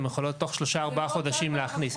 הם יכולות תוך שלושה ארבעה חודשים להכניס.